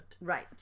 Right